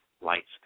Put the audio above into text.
Lights